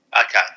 Okay